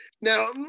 Now